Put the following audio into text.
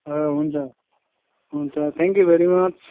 ए हुन्छ हुन्छ thank you very much